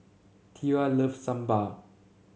Tera loves Sambar